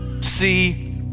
See